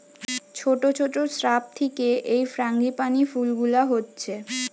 ছোট ছোট শ্রাব থিকে এই ফ্রাঙ্গিপানি ফুল গুলা হচ্ছে